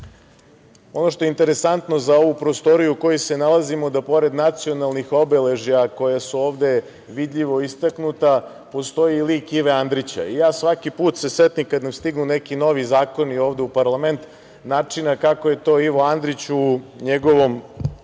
što je interesantno za ovu prostoriju u kojoj se nalazimo, da pored nacionalnih obeležja koja su ovde vidljivo istaknuta, postoji lik Ive Andrića. Ja se svaki put setim kada nam stignu neki novi zakoni ovde u parlament, način na koji je to Ivo Andrić u njegovom